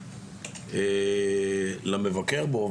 למבקר בו,